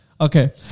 Okay